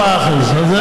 4%. לא.